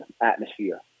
atmosphere